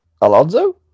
Alonso